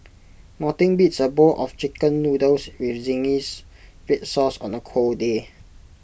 nothing beats A bowl of Chicken Noodles with zingy Red Sauce on A cold day